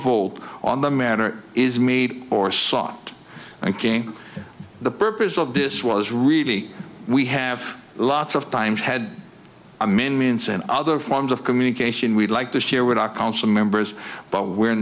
vote on the matter is made or sought again the purpose of this was really we have lots of times had amendments and other forms of communication we'd like to share with our council members but we're